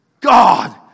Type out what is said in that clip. God